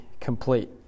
complete